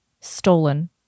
stolen